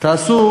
תעשו